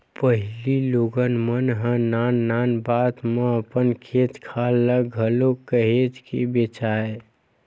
पहिली लोगन मन ह नान नान बात म अपन खेत खार ल घलो काहेच के बेंचय